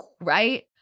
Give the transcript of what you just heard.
Right